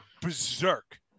berserk